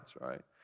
Right